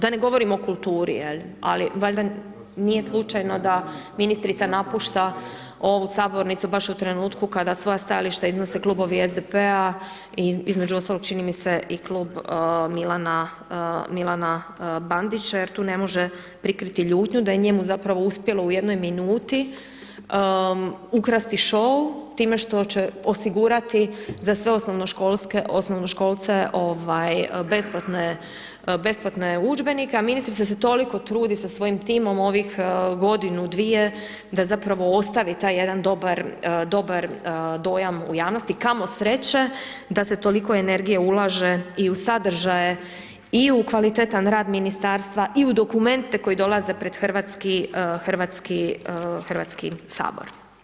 Da ne govorimo o kulturi, ali valjda nije slučajno da ministrica napušta ovu sabornicu baš u trenutku kada svoja stajališta iznose Klubovi SDP-a i između ostala čini mi se i Klub Milana Bandića, jer tu ne može prikriti ljutnju, da je njemu zapravo uspjelo u jednoj minuti, ukrasti šou time što će osigurati za sve osnovnoškolce besplatne udžbenike, a ministrica se toliko trudi sa svojim timom ovih godinu, dvije, da zapravo ostavi taj jedan dobar dojam u javnosti, kamo sreće da se toliko energije u laže i u sadržaje i u kvalitetan rad ministarstva, i u dokumente koji dolaze pred Hrvatski sabor.